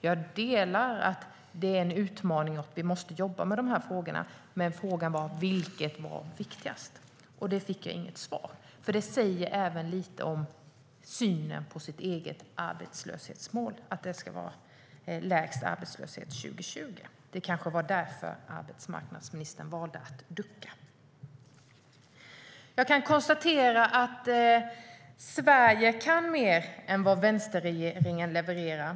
Jag instämmer i att det är en utmaning och att vi måste jobba med dessa frågor. Men min fråga var vilket som är viktigast, och jag fick inget svar. Det säger något om synen på det egna arbetslöshetsmålet om lägst arbetslöshet 2020. Det kanske var därför arbetsmarknadsministern valde att ducka. Sverige kan mer än vad vänsterregeringen levererar.